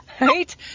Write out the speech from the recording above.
Right